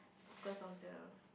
is because of the